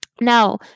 Now